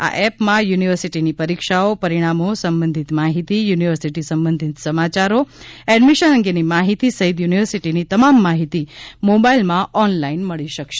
આ એપમાં યુનિવર્સિટીની પરીક્ષાઓ પરિણામો સંબંધિત માહિતી યુનિવર્સિટી સંબંધિત સમાચારો એડમિશન અંગેની માહિતી સહિત યુનિવર્સિટીની તમામ માહિતી મોબાઇલમાં ઓનલાઇન મળી શકશે